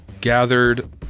gathered